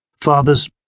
Fathers